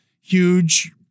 huge